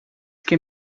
can